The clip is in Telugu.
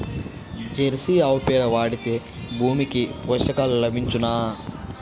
జెర్సీ ఆవు పేడ వాడితే భూమికి పోషకాలు లభించునా?